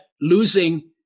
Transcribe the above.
losing